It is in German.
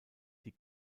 die